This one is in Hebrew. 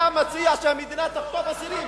אתה מציע שהמדינה תחטוף אסירים.